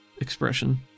expression